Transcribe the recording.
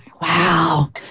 wow